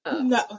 no